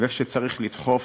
ואיפה שצריך לדחוף,